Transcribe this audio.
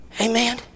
Amen